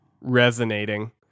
resonating